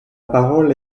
parole